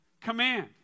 command